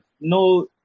No